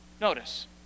Notice